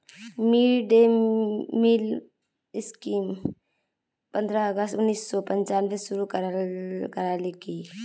mid day meal स्कीमक पंद्रह अगस्त उन्नीस सौ पंचानबेत शुरू करयाल की